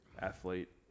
athlete